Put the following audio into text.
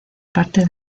parte